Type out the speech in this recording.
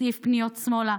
סעיף פניות שמאלה,